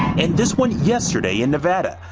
and this one yesterday in nevada,